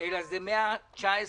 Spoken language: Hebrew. -- אלא זה מה-19 באפריל,